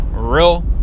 Real